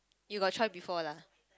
you got try before lah